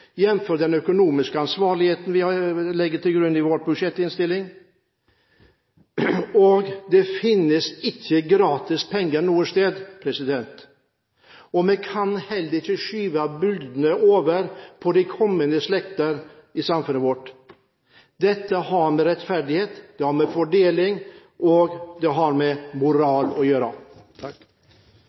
jf. den økonomiske ansvarligheten vi legger til grunn i vår budsjettinnstilling. Det finnes ikke gratis penger noe sted. Vi kan heller ikke skyve byrdene over på de kommende slekter i samfunnet vårt. Dette har med rettferdighet, det har med fordeling og det har med moral å gjøre.